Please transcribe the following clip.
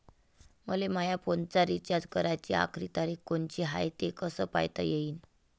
मले माया फोनचा रिचार्ज कराची आखरी तारीख कोनची हाय, हे कस पायता येईन?